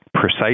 precise